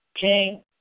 King